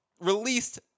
released